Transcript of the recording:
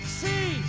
see